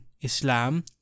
Islam